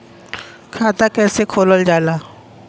खाता कैसे खोलल जाला?